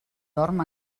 dorm